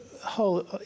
whole